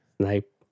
Snipe